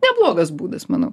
neblogas būdas manau